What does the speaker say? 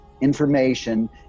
information